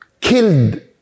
killed